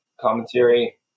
commentary